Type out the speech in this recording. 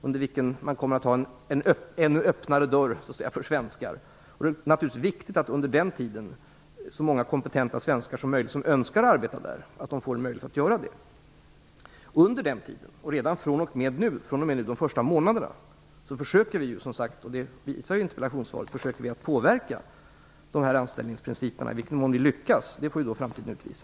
Under fem år kommer man att ha dörren "mera öppen" för svenskar. Det är naturligtvis viktigt att så många kompetenta svenskar - som önskar arbeta där - som möjligt får chansen under den här tiden. Under den här perioden måste vi försöka påverka anställningsprinciperna. Det har vi redan försökt göra under de första månaderna av vårt medlemskap. Detta framgick av interpellationssvaret. I vilken mån vi lyckas får framtiden utvisa.